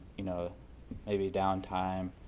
you know maybe down time